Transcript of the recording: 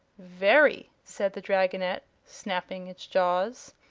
very, said the dragonette, snapping its jaws.